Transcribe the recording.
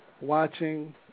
watching